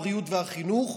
הבריאות והחינוך.